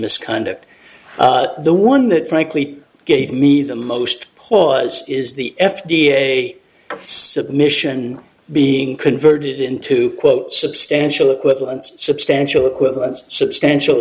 misconduct the one that frankly gave me the most pause is the f d a submission being converted into quote substantial equivalents substantial equivalents substantial